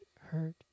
hurt